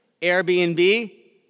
Airbnb